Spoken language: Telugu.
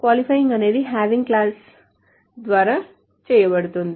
క్వాలిఫైయింగ్ అనేది HAVING క్లాజ్ ద్వారా చేయబడుతుంది